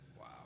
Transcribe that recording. Wow